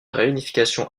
réunification